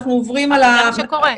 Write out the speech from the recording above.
זה מה שקורה.